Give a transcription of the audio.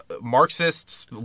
Marxists